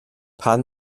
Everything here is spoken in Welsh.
pan